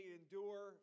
endure